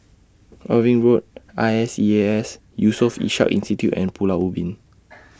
Irving Road I S E A S Yusof Ishak Institute and Pulau Ubin